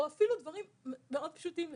מדובר בדברים מאוד פשוטים לפעמים.